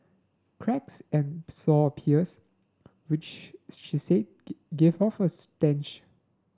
cracks and sore appears which she said give off a stench